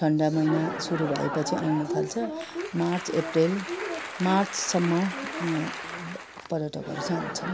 ठन्डा महिना सुरु भएपछि आउन थाल्छ मार्च अप्रेल मार्चसम्म यहाँ पर्यटकहरू चाहिँ आउँछन्